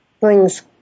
brings